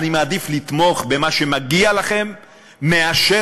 אני מעדיף לתמוך במה שמגיע לכם מאשר